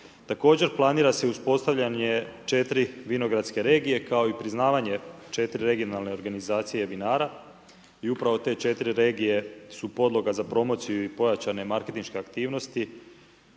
Također, planira se uspostavljanje 4 vinogradske regije kao i priznavanje 4 regionalne organizacije vinara i upravo te 4 regije su podloga za promociju i pojačane marketinške aktivnosti